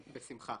בשמחה.